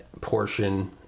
portion